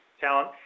talent